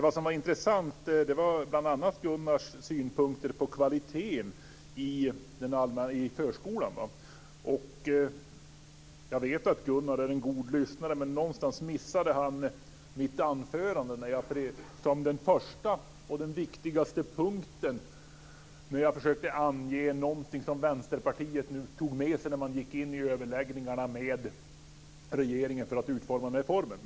Vad som var intressant var bl.a. Gunnar Goudes synpunkter på kvaliteten i förskolan. Jag vet att Gunnar Goude är en god lyssnare, men på något sätt måste han ha missat när jag i mitt anförande som den första och viktigaste punkten angav det som Vänsterpartiet hade med sig när man gick in i överläggningarna med regeringen om utformandet av den här reformen.